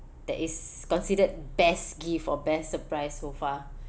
that is considered best gift or best surprise so far